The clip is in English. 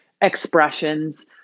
expressions